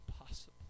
impossible